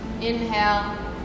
inhale